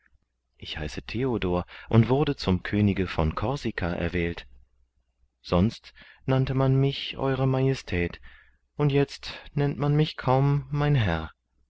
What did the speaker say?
ich heiße theodor und wurde zum könige von korsika erwählt sonst nannte man mich ew majestät und jetzt nennt man mich kaum mein herr